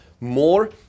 more